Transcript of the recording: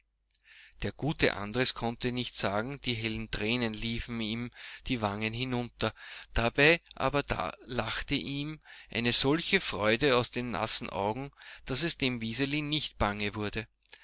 der gute andres konnte nichts sagen die hellen tränen liefen ihm die wangen hinunter dabei aber lachte ihm eine solche freude aus den nassen augen daß es dem wiseli nicht bange wurde